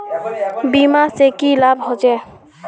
बीमा से की लाभ होचे?